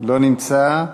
לא נמצא.